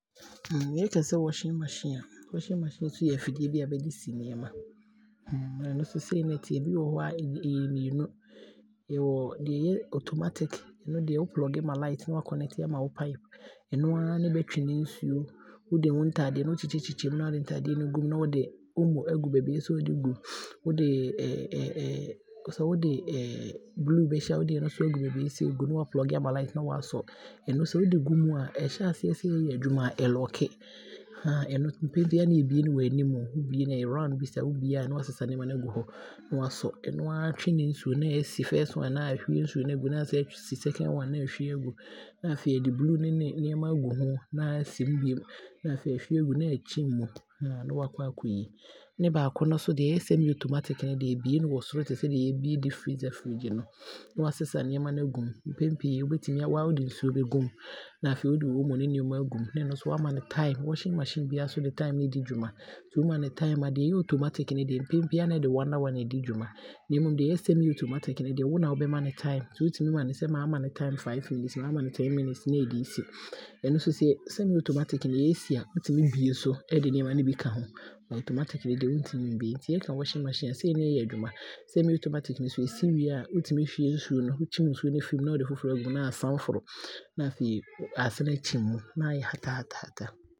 Yɛkasɛ washing machine a, washing machine yɛ afidie bi a bɛde si nneɛma ɛno nso sei na ɛteɛ, ɛbi wɔ hɔ a, ɛyɛ mmienu. Yɛwɔ deɛ ɛyɛ automatic, ɛno deɛ wo plug ma light na waa connect ama wo pipe, ɛno aa ne bɛtwe ne nsuo, wode wo ntaade no wokyekyɛ kyekyɛ mu na wode wo ntade no gu mu na wode aagu aɔbbai a ɛwɔ sɛ wo de gu wode sɛ wode blue bɛhyɛ a, ɛno nso wode aagu baabi a ɛwɔ sɛ ɛgu na waa plug ama light na waasɔ, ɛno nso sɛ wode gu mu a, ɛhyɛ aseɛ sɛ ɛɛyɛ adwuma a ɛ lock, ɛno mpen pii ɛyɛ a na yɛ bue no wɔ anim, wobue no wɔ anim saa, anim no yɛ round bi saa nti sɛ wobue a na waasesa nneɛma no aagu ,ɛno aa twe ne nsuo na aasi First one, na aahwie nsuo no aagu, na asane atwe asi second one na aahwie aagu na afei ɛde blue no ne nneɛma aagu hu na aasi mu bio, na afei ahwie agu na afei akyin mu. Na afei waakɔ akɔyi. Ne baako no nso deɛ ɛyɛ semi-automatic no nso deɛ yɛbue no wɔ soro sɛnea yɛɛbue deep freezer fridge no. Na waasesa nneɛma no agu mu, mpen bio waa wobɛtumi na wo de nsuo aagu mu na afei wo de wo ono ne wo nneɛma aagu mu na afei waama no time. Washing machine biaa nso de time ne di dwuma, deɛ ɛyɛ automatic no deɛ, mpen pii ɛyɛ a na ɛde 1 hour na ɛdi dwuma na mmom deɛ ɛyɛ sɛmi automatic no deɛ, wo na wobɛma no time. Nti wotumi ma no sɛ maama no time 5 minutes, maama no 10 minutes, na ɛde ɛɛsi, ɛno nso sɛ, semi-automatic no sɛ ɛɛsi a wotumi bue so de nneɛma no bi ka ho but automatic no deɛ wontumi mfa nneɛma no bi nka ho bio. Nti yɛka washing machine a, sei ne ɛyɛ adwuma. Semi-automatic no nso sɛ ɔsi wie a, wotumi hwie nsuo no, wokyim nsuo no firi mu na ne de foforo aagu ho na asanforo. Na afei na aasane akyin mu na aayɛ hatahata.